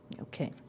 Okay